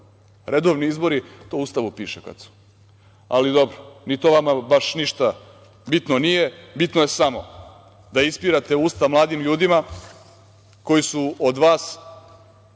Redovni izbori, to u Ustavu piše kada su, ali dobro. Ni to vama ništa bitno nije, bitno je samo da ispirate usta mladim ljudima koji su od vas